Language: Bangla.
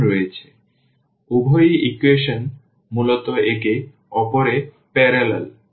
সুতরাং উভয় ইকুয়েশন মূলত একে অপরের প্যারালাল